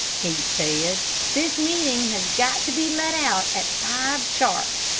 he said this meeting has got to be let out at five sharp.